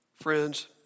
Friends